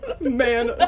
Man